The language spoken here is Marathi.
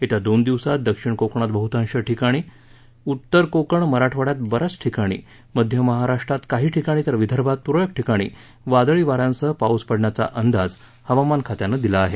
येत्या दोन दिवसात दक्षिण कोकणात बहतांश ठिकाणी उत्तर कोकण मराठवाड्यात ब याचशा ठिकाणी मध्य महाराष्ट्रात काही ठिकाणी तर विदर्भात तूरळक ठिकाणी वादळी वा यांसह पाऊस पडण्याचा अंदाज हवामान खात्यानं दिला आहे